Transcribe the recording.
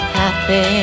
happy